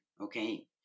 okay